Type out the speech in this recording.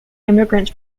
immigrants